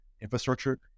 infrastructure